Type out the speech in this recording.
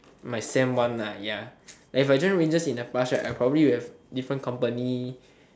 my same one lah ya if I joined rangers in the past right I would probably have different company